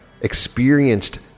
experienced